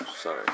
Sorry